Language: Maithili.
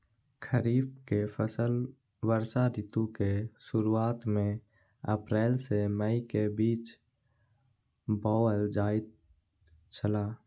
खरीफ के फसल वर्षा ऋतु के शुरुआत में अप्रैल से मई के बीच बौअल जायत छला